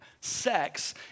sex